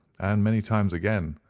and many times again,